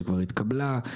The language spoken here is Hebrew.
שכבר התקבלה,